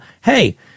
hey